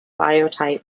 biotite